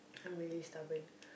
I'm really stubborn